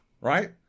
right